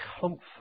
comfort